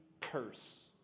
curse